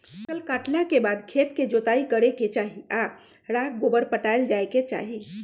फसल काटला के बाद खेत के जोताइ करे के चाही आऽ राख गोबर पटायल जाय के चाही